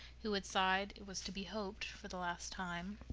who had sighed, it was to be hoped, for the last time,